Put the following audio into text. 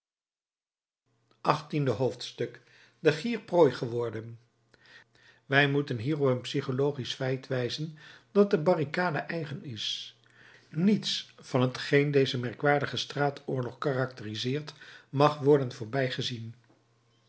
achttiende hoofdstuk de gier prooi geworden wij moeten hier op een psychologisch feit wijzen dat den barricaden eigen is niets van t geen dezen merkwaardigen straatoorlog karakteriseert mag worden